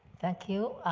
thank you.